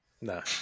No